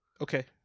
Okay